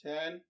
Ten